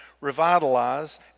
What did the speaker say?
Revitalize